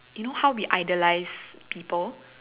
you know how we dollies people